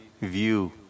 view